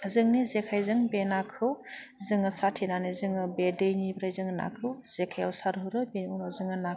जोंनि जेखाइजों बे नाखौ जोङो साथेनानै जोङो बे दैनिफ्राय जोङो नाखौ जेखाइयाव सारहरो बिनि उनाव जोङो नाखौ